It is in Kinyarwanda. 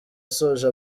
asoje